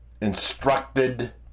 instructed